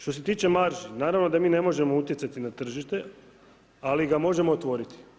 Što se tiče marži naravno da mi ne možemo utjecati na tržište, ali ga možemo otvoriti.